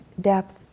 depth